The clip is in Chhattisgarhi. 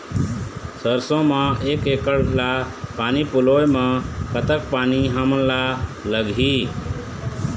सरसों म एक एकड़ ला पानी पलोए म कतक पानी हमन ला लगही?